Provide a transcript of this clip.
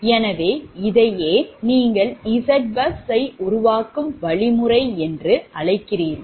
எனவே இதையே நீங்கள் ZBUS பஸ் உருவாக்கும் வழிமுறை என்று அழைக்கிறீர்கள்